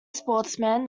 sportsman